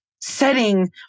setting